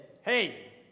Hey